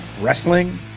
wrestling